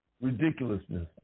Ridiculousness